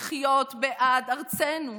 לחיות בעד ארצנו.